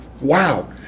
Wow